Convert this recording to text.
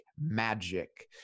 magic